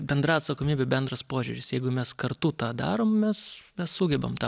bendra atsakomybė bendras požiūris jeigu mes kartu tą darom mes mes sugebam tą